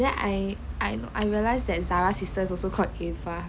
then I I'm I realize that zara sisters also called eva